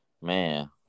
Man